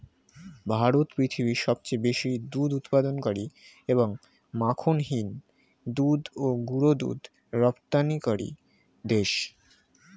ভারত পৃথিবীর সবচেয়ে বেশি দুধ উৎপাদনকারী এবং মাখনহীন দুধ ও গুঁড়ো দুধ রপ্তানিকারী দেশ